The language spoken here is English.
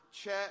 CHECK